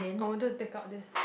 I wanted take out this